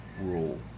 rule